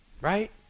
right